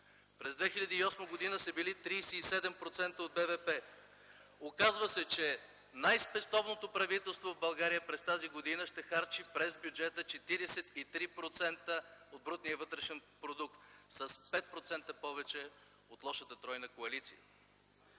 през 2008 г. са били 37% от брутния вътрешен продукт. Оказва се, че най-спестовното правителство в България през тази година ще харчи през бюджета 43% от брутния вътрешен продукт – с 5% повече от лошата тройна коалиция.